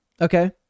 Okay